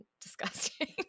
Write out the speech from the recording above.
disgusting